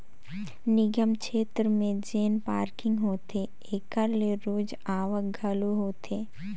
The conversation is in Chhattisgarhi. निगम छेत्र में जेन पारकिंग होथे एकर ले रोज आवक घलो होथे